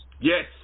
yes